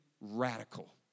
radical